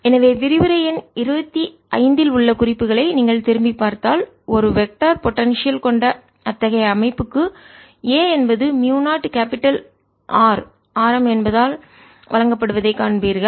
எனவே விரிவுரை எண் 25 இல் உள்ள குறிப்புகளை நீங்கள் திரும்பிப் பார்த்தால் ஒரு வெக்டர் திசையன் பொடென்சியல் கொண்ட அத்தகைய அமைப்புக்கு A என்பது மியூ0 கேபிடல் R ஆரம் என்பதால் வழங்கப்படுவதை காண்பீர்கள்